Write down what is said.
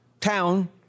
town